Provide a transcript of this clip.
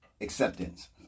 acceptance